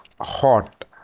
hot